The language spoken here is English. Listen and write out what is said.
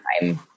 time